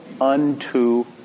unto